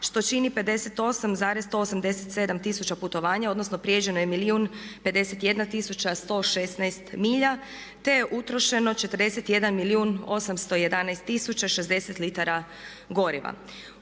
što čini 58,187 tisuća putovanja, odnosno prijeđeno je milijun 51 tisuća 116 milja, te je utrošeno 41 milijun 811 tisuća 60 litara goriva.